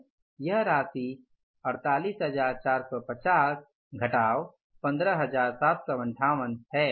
यह राशि 48450 घटाव 15758 है